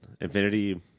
Infinity